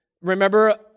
Remember